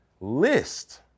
list